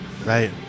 Right